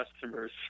customers